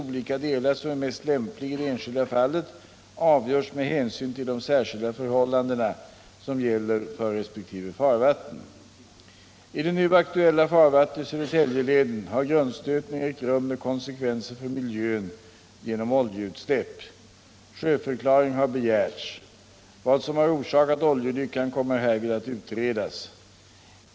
Den kombination av systemets olika delar som är mest lämplig i det enskilda fallet avgörs med hänsyn till de särskilda förhållanden som gäller för resp. farvatten. I det nu aktuella farvattnet i Södertäljeleden har grundstötning ägt rum med konsekvenser för miljön genom oljeutsläpp. Sjöförklaring har begärts. Vad som har orsakat oljeolyckan kommer härvid att utredas.